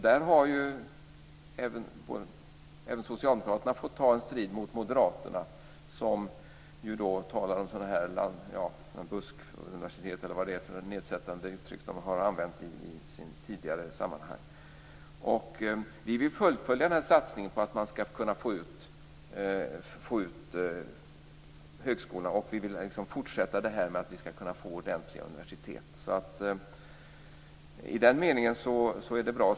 Där har även socialdemokraterna fått ta en strid mot moderaterna, som har använt det nedsättande uttrycket buskuniversitet i tidigare sammanhang. Vi vill fullfölja satsningen på att få ut högskolorna i landet. Vi vill fortsätta arbetet med att skapa ordentliga universitet. I den meningen är det bra.